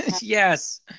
Yes